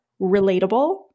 Relatable